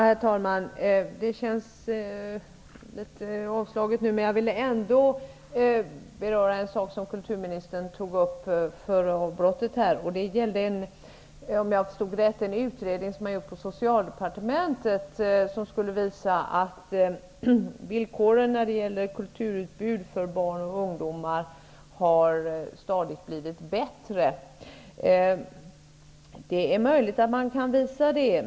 Herr talman! Det känns litet avslaget nu, men jag vill ändå beröra en sak som kulturministern tog upp före avbrottet. Det gäller -- om jag förstod det rätt -- en utredning som man har gjort på Socialdepartementet, som visar att villkoren när det gäller kulturutbud för barn och ungdomar stadigt har blivit bättre. Det är möjligt att det går att visa.